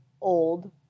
old